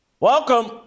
Welcome